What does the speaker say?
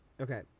okay